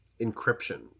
encryption